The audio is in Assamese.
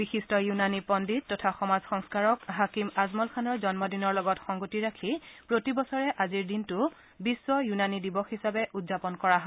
বিশিষ্ট ইউনানি পণ্ডিত তথা সমাজ সংস্কাৰক হাকিম আজমল খানৰ জন্ম দিনৰ লগত সংগতি ৰাখি প্ৰতি বছৰে আজিৰ দিনটো বিধ্ব ইউনানি দিৱস হিচাপে উদযাপন কৰা হয়